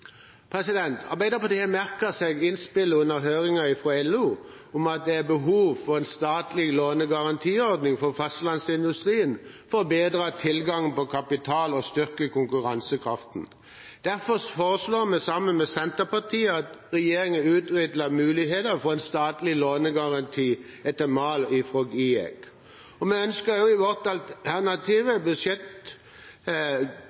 Arbeiderpartiet har merket seg innspillene under høringen fra LO om at det er behov for en statlig lånegarantiordning for fastlandsindustrien for å bedre tilgangen på kapital og styrke konkurransekraften. Derfor foreslår vi sammen med Senterpartiet at regjeringen utreder muligheten for en statlig lånegaranti etter mal fra GIEK. Vi ønsker også i vårt alternative budsjett